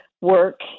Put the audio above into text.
work